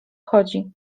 chodzi